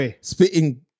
spitting